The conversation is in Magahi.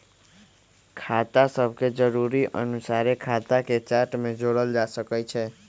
खता सभके जरुरी अनुसारे खता के चार्ट में जोड़ल जा सकइ छै